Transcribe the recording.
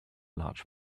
large